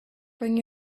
bring